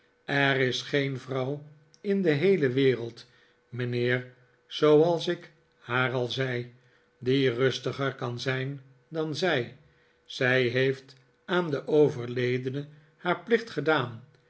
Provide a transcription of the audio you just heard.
er is geen vrouw in de heele wereld mijnheer zooals ik haar al zei die rustiger kan zijn dan zij zij heeft aan den overledene haar plicht gedaan